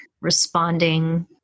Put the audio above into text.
responding